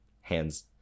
Hands